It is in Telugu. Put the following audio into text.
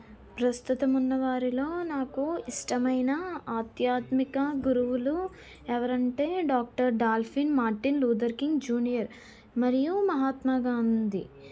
ప్రస్తుతం ఉన్న వారిలో నాకు ఇష్టమైన ఆధ్యాత్మిక గురువులు ఎవరంటే doctor dolphin Martin Luther King Junior మరియు మహాత్మా గాంధీ